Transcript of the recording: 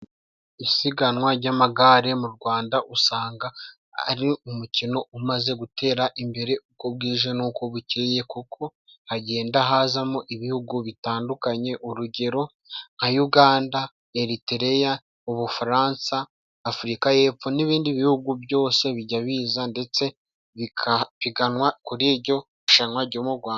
Isiganwa ry'amagare mu Rwanda usanga ari umukino umaze gutera imbere. Uko bwije n'uko bukeye kuko hagenda hazamo ibihugu bitandukanye. Urugero nka Uganda Eritereya uUbufaransa Afurika y'epfo n'ibindi bihugu byose bijya biza ndetse bigapiganwa kuri ijyo rushanwa jyo mu Rwanda.